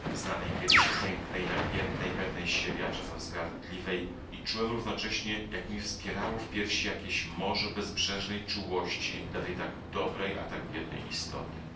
znanej kiedyś pięknej namiętnej pewnej siebie a czasem wzgardliwej i czułem równocześnie jak mi wzbierało w piersi jakieś morze bezbrzeżnej czułości dla tej tak dobrej a tak biednej istoty